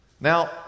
now